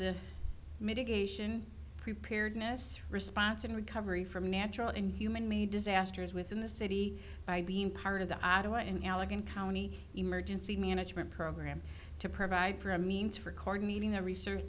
the mitigation prepared mis response and recovery from natural and human made disasters within the city by being part of the ottawa in allegan county emergency management program to provide for a means for chord meeting the research